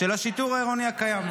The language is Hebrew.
של השיטור העירוני הקיים.